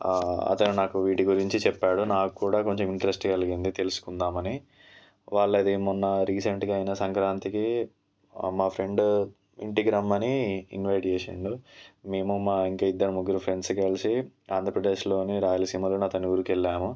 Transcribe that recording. అతను నాకు వీటి గురించి చెప్పాడు నాకు కూడా కొంచెం ఇంట్రెస్ట్ కలిగింది తెలుసుకుందాం అని వాళ్లది మొన్న రీసెంట్గా అయినా సంక్రాంతికి మా ఫ్రెండు ఇంటికి రమ్మని ఇన్వైట్ చేసిండు మేము మా ఇంకా ఇద్దరు ముగ్గురు ఫ్రెండ్స్ కలిసి ఆంధ్రప్రదేశ్లోని రాయలసీమలోని అతని ఊరికి వెళ్ళాము